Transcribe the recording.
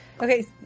Okay